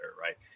right